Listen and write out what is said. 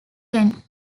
ten